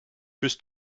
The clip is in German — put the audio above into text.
bist